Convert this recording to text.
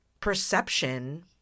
perception